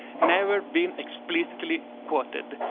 never been explicitly quoted.